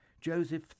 Joseph